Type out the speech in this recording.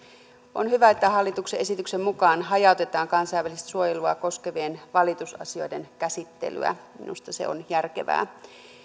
on hyvä että hallituksen esityksen mukaan hajautetaan kansainvälistä suojelua koskevien valitusasioiden käsittelyä minusta se on järkevää